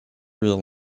through